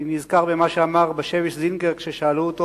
אני נזכר במה שאמר בשביס-זינגר כששאלו אותו